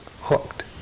hooked